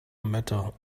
matter